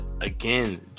again